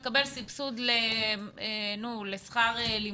מעון שמקבל סבסוד לשכר לימוד?